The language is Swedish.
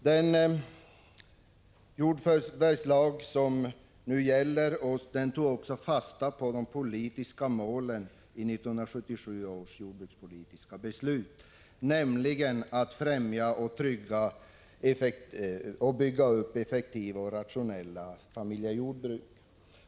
Denna jordförvärvslag tog fasta på de jordbrukspolitiska målen enligt 1977 års jordbrukspolitiska beslut, nämligen att främja och bygga upp effektiva och rationella familjejordbruk.